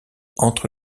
entre